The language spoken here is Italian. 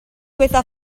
questa